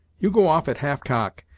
you go off at half-cock,